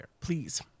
Please